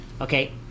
Okay